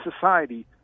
society